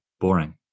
boring